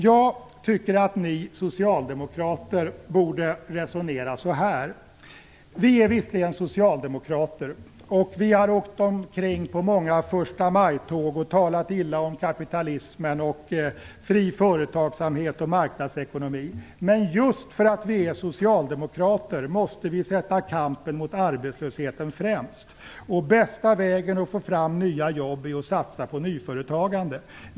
Jag tycker att ni socialdemokrater borde resonera så här: Visserligen är vi socialdemokrater, och vi har åkt runt och på många förstamajtåg talat illa om kapitalismen, fri företagsamhet och marknadsekonomi, men just därför att vi är socialdemokrater måste vi sätta kampen mot arbetslösheten främst. Den bästa vägen att få fram nya jobb är att satsa på nyföretagandet.